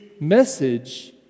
message